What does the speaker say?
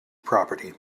property